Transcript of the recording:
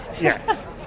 Yes